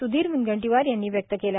स्धीर म्नगंटीवार यांनी व्यक्त केला